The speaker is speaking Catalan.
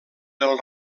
del